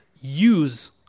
use